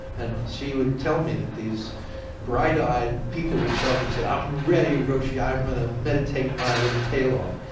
and she would tell me that these bright-eyed people would show up and say, i'm ready roshi. i'm gonna meditate my little tail off.